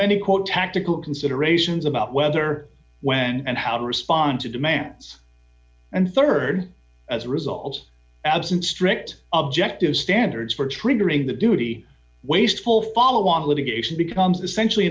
many quote tactical considerations about whether when and how to respond to demands and rd as a result absent strict objective standards for triggering that duty wasteful follow on litigation becomes essentially